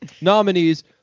Nominees